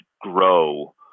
grow